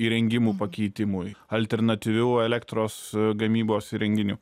įrengimų pakeitimui alternatyvių elektros gamybos įrenginių